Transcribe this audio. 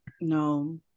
No